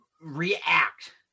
react